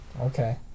Okay